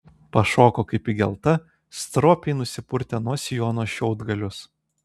pašoko kaip įgelta stropiai nusipurtė nuo sijono šiaudgalius